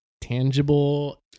tangible